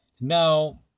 Now